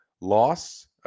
loss